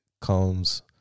comes